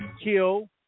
kill